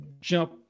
jump